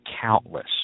countless